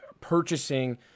purchasing